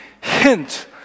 hint